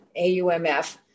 AUMF